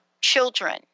children